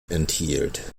enthielt